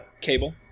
Cable